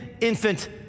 infant